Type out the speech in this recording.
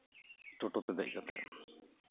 ᱴᱳᱴᱳᱛᱮ ᱫᱮᱡ ᱠᱟᱛᱮᱫ